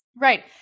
Right